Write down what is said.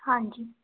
ਹਾਂਜੀ